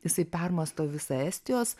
jisai permąsto visą estijos